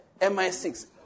MI6